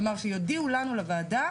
כלומר, שיודיעו לנו, לוועדה,